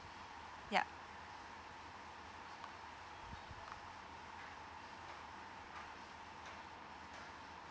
yup